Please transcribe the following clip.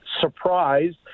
surprised